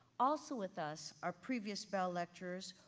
also with us, are previous bell lecturers,